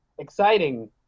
Exciting